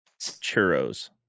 churros